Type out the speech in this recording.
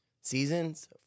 seasons